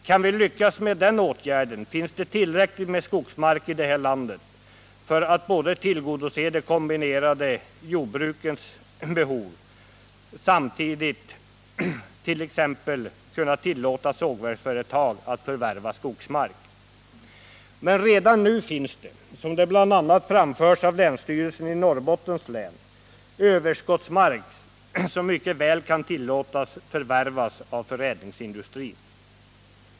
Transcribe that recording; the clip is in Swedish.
Kan vi lyckas med den åtgärden, finns det tillräckligt med skogsmark i landet för att tillgodose både de kombinerade jordbrukens behov och samtidigt t.ex. tillåta sågverksföretag att förvärva skogsmark. Men redan nu finns det, som bl.a. framförts av länsstyrelsen i Norrbottens län, överskottsmark som mycket väl kan tillåtas att förvärvas av förädlingsindustrin.